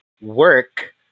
work